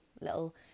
little